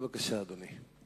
בבקשה, אדוני.